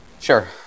Sure